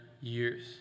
years